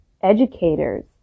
educators